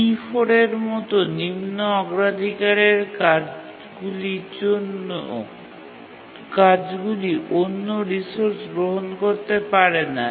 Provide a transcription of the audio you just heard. T4 এর মতো নিম্ন অগ্রাধিকারের কাজগুলি অন্য রিসোর্স গ্রহণ করতে পারে না